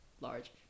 large